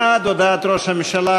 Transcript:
בעד הודעת ראש הממשלה,